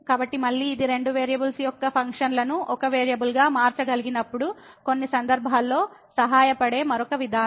కావున మళ్ళీ ఇది రెండు వేరియబుల్స్ యొక్క ఫంక్షన్లను ఒక వేరియబుల్ గా మార్చగలిగినప్పుడు కొన్ని సందర్భాల్లో సహాయపడే మరొక విధానం